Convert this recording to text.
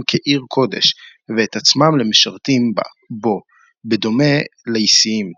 כעיר קודש ואת עצמם למשרתים בו בדומה לאיסיים.